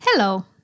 Hello